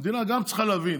המדינה גם צריכה להבין